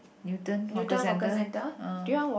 Newton hawker centre ah